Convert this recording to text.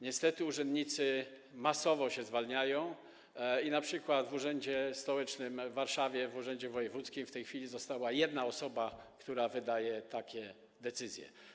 Niestety urzędnicy masowo się zwalniają i np. w urzędzie stołecznym w Warszawie, w urzędzie wojewódzkim w tej chwili została jedna osoba, która wydaje takie decyzje.